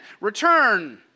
return